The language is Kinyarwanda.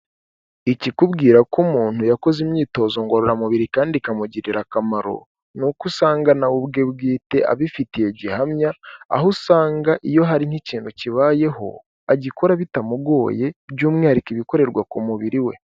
Ikikubwira ko umuntu yakoze imyitozo ngororamubiri kandi ikamugirira akamaro ni uko usangagana ubwe bwite abifitiye gihamya aho usanga iyo hari n'ikintu kibayeho agikora bitamugoye by'umwihariko ibikorerwa ku mubiri we.